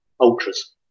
ultras